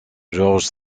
georges